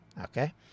Okay